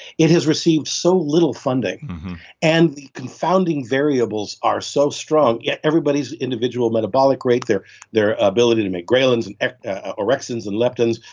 it has received so little funding and the confounding variables are so strong yet everybody's individual metabolic rate, their their ability to make ghrelins and orexins and leptins,